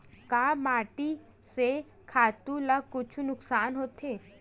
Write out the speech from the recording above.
का माटी से खातु ला कुछु नुकसान होथे?